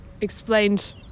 explained